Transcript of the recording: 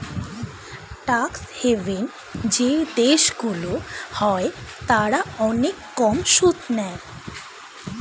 tax haven যেই দেশগুলো হয় তারা অনেক কম সুদ নেয়